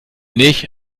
nicht